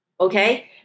okay